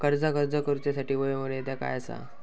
कर्जाक अर्ज करुच्यासाठी वयोमर्यादा काय आसा?